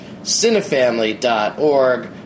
CineFamily.org